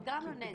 נגרם לו נזק